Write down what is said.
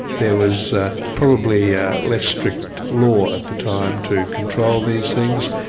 there was ah probably yeah less strict law at the time to control these things.